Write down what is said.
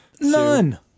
None